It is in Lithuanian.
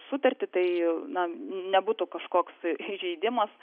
sutartį tai na nebūtų kažkoks įžeidimas